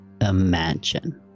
imagine